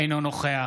אינו נוכח